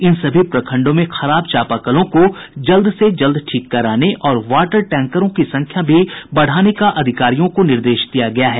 इन सभी प्रखंडों में खराब चापाकलों को जल्द से जल्द ठीक कराने और वाटर टैंकरों की संख्या भी बढ़ाने का अधिकारियों को का निर्देश दिया गया है